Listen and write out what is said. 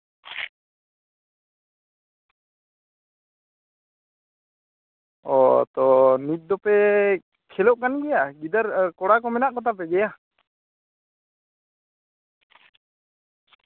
ᱚ ᱛᱚ ᱱᱤᱛ ᱫᱚᱯᱮ ᱠᱷᱮᱞᱳᱜ ᱠᱟᱱ ᱜᱮᱭᱟ ᱜᱤᱫᱟᱹᱨ ᱠᱚᱲᱟ ᱠᱚ ᱢᱮᱱᱟᱜ ᱠᱚᱛᱟ ᱯᱮ ᱜᱮᱭᱟ